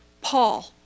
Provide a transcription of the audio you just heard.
Paul